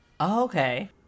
okay